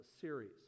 series